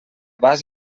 vas